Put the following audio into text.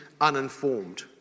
uninformed